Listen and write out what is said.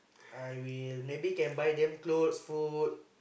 I will maybe can buy them clothes food